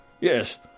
Yes